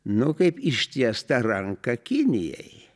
nu kaip ištiestą ranką kinijai